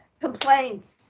complaints